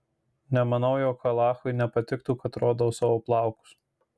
nemanau jog alachui nepatiktų kad rodau savo plaukus